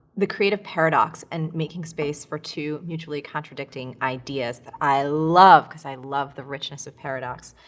the creative paradox and making space for two mutually contradicting ideas, that i love because i love the richness of paradox.